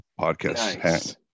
podcast